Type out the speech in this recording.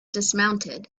dismounted